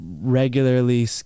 regularly